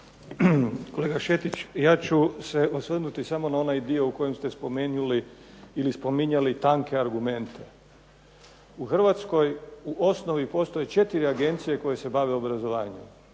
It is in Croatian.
Kolega Šetić ja ću se osvrnuti samo na onaj dio u kojem ste spomenuli ili spominjali tanke argumente. U Hrvatskoj u osnovi postoje četiri agencije koje se bave obrazovanje.